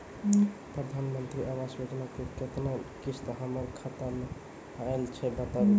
प्रधानमंत्री मंत्री आवास योजना के केतना किस्त हमर खाता मे आयल छै बताबू?